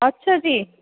ਅੱਛਾ ਜੀ